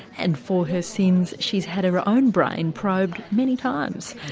and for her sins she's had her own brain probed many times.